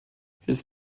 his